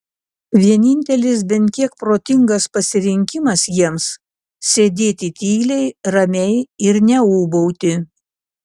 vienintelis bent kiek protingas pasirinkimas jiems sėdėti tyliai ramiai ir neūbauti